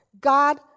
God